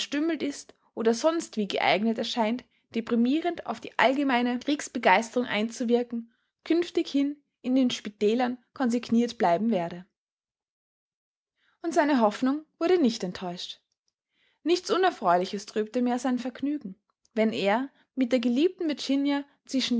ist oder sonstwie geeignet erscheint deprimierend auf die allgemeine kriegsbegeisterung einzuwirken künftighin in den spitälern konsigniert bleiben werde und seine hoffnung wurde nicht enttäuscht nichts unerfreuliches trübte mehr sein vergnügen wenn er mit der geliebten virginia zwischen